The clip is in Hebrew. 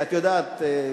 את יודעת,